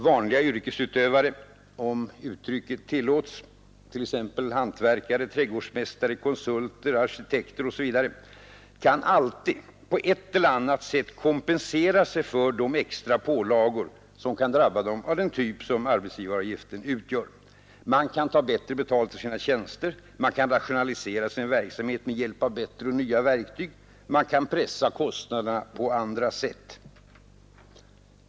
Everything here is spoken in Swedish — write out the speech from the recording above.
Vanliga yrkesutövare — om uttrycket tillåts —, t.ex. hantverkare, trädgårdsmästare, konsulter och arkitekter, kan alltid på ett eller annat sätt kompensera sig för de extra pålagor som kan drabba dem av den typ som arbetsgivaravgiften utgör. Man kan ta bättre betalt för sina tjänster. Man kan rationalisera sin verksamhet med hjälp av bättre och nya verktyg. Man kan pressa kostnaderna på andra sätt.